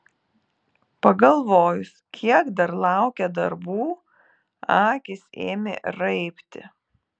pagalvojus kiek dar laukia darbų akys ėmė raibti